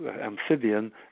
amphibian